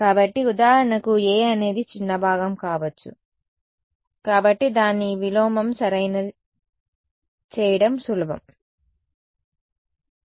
కాబట్టి ఉదాహరణకు A అనేది చిన్న భాగం కావచ్చు కాబట్టి దాని విలోమం సరైనది చేయడం సులభం